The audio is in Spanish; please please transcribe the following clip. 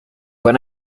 con